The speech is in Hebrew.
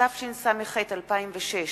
התשס"ז 2006,